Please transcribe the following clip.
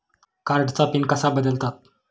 कार्डचा पिन कसा बदलतात?